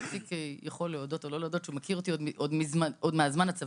איציק יכול להודות או לא להודות שהוא מכיר אותי עוד מזמן הצבא.